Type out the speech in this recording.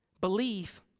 Belief